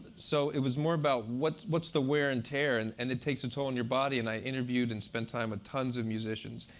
so it was more about, what's what's the wear and tear? and and it takes a toll on your body. and i interviewed and spent time with tons of musicians.